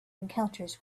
encounters